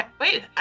Wait